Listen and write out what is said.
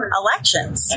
elections